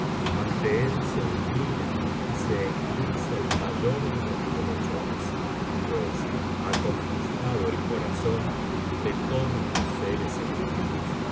ante él se inclina y se eclipsa el mayor de los lienhechores pues ha conquistado el corazón de todos los seres elegidos